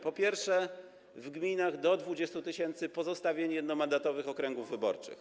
Po pierwsze, w gminach do 20 tys. pozostawienie jednomandatowych okręgów wyborczych.